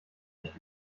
nicht